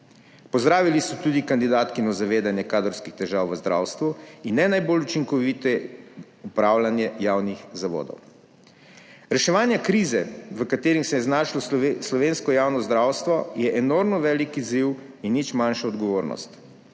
Pozdravili so tudi kandidatkino zavedanje kadrovskih težav v zdravstvu in ne najbolj učinkovito upravljanje javnih zavodov. Reševanje krize, v katerih se je znašlo slovensko javno zdravstvo je enormno velik izziv in nič manjša odgovornost.